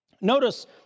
Notice